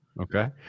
Okay